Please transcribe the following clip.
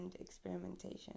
experimentation